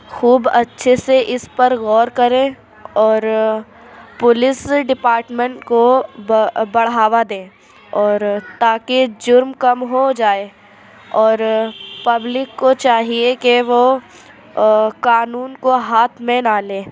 خوب اچھے سے اِس پر غور كریں اور پولیس ڈپارٹمنٹ كو بڑھاوا دیں اور تاكہ جُرم كم ہو جائے اور پبلک کو چاہیے کہ وہ قانون کو ہاتھ میں نہ لیں